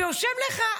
ויושב לך,